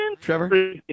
Trevor